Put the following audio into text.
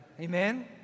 Amen